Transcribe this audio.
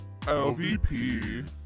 LVP